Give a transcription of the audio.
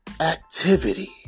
activity